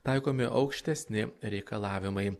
taikomi aukštesni reikalavimai